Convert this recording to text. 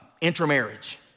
intermarriage